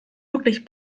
wirklich